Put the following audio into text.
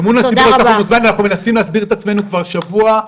אמון הציבור על כף המאזניים ואנחנו מנסים להסביר את עצמנו כבר שבוע.